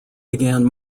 began